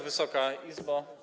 Wysoka Izbo!